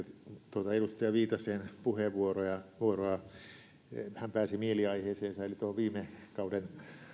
tuota edustaja viitasen puheenvuoroa hän pääsi mieliaiheeseensa eli viime kauden